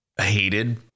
hated